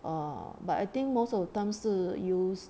oo but I think most of the time 是 use